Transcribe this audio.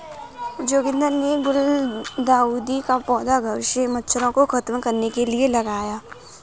जोगिंदर ने गुलदाउदी का पौधा घर से मच्छरों को खत्म करने के लिए लगाया